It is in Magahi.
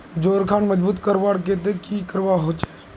जोड़ खान मजबूत करवार केते की करवा होचए?